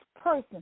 person